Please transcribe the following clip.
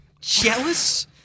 Jealous